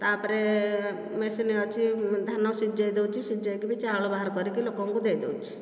ତାପରେ ମେସିନ ଅଛି ଧାନ ସିଝେଇଦେଉଛି ସିଝେଇକରି ଚାଉଳ ବାହାର କରି ଲୋକଙ୍କୁ ଦେଇଦେଉଛି